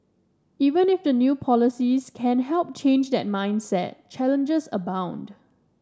even if the new policies can help change that mindset challenges abound